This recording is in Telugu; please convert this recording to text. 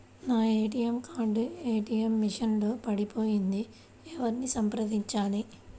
నా ఏ.టీ.ఎం కార్డు ఏ.టీ.ఎం మెషిన్ లో పడిపోయింది ఎవరిని సంప్రదించాలి?